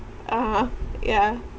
(uh huh) yeah